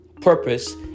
purpose